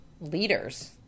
leaders